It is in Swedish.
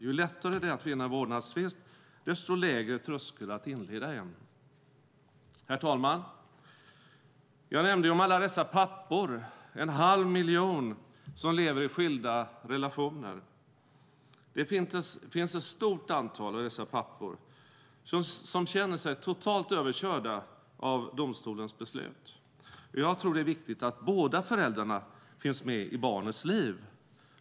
Ju lättare det är att vinna en vårdnadstvist, desto lägre är tröskeln för att inleda en. Herr talman! Jag nämnde ju alla dessa pappor, en halv miljon, som lever i skilda relationer. Det finns ett stort antal av dessa pappor som känner sig totalt överkörda av domstolens beslut. Jag tror att det är viktigt att båda föräldrarna finns med i barnets liv.